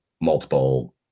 multiple